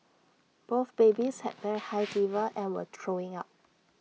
both babies had very high fever and were throwing up